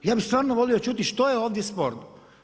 Ja bih stvarno volio čuti što je ovdje sporno.